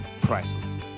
priceless